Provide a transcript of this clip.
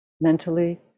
mentally